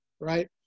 right